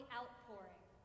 outpouring